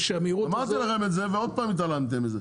אמרתי לכם ועוד פעם התעלמתם מזה,